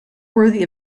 worthy